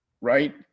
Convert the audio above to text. right